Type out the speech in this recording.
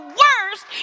worst